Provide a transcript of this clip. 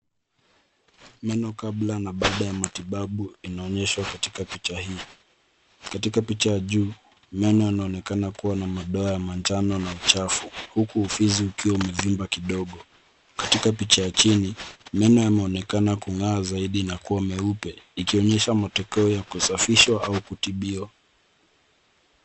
Meno kabla na baada ya matibabu inaonyeshwa katika picha hii. Katika picha juu, meno yanaonekana kuwa na madoa ya manjano na uchafu huku ufizi ukiwa umevimba kidogo. Katika picha chini, meno yameonekana kung'aa zaidi na kuwa meupe, ikionyesha matokeo ya kusafishwa au kutibiwa.